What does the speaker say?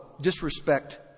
disrespect